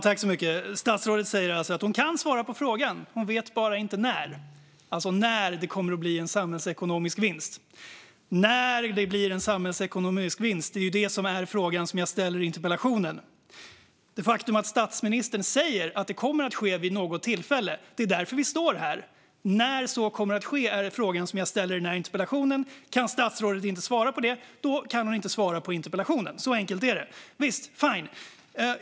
Fru talman! Statsrådet säger alltså att hon kan svara på frågan, men hon vet bara inte när det kommer att bli en samhällsekonomisk vinst. När det blir en samhällsekonomisk vinst är ju den fråga som jag ställer i interpellationen. Det faktum att statsministern säger att det kommer att ske vid något tillfälle är anledningen till att vi står här. När så kommer att ske är frågan som jag ställer i interpellationen. Kan statsrådet inte svara på den kan hon inte svara på interpellationen. Så enkelt är det, visst, fine.